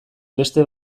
beste